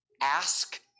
Ask